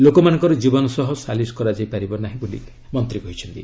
ଲୋକମାନଙ୍କର ଜୀବନ ସହ ସାଲିସ କରାଯାଇ ପାରିବ ନାହିଁ ବୋଲି ମନ୍ତ୍ରୀ କହିଚ୍ଛନ୍ତି